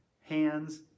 hands